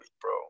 bro